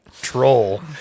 troll